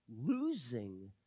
losing